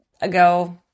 ago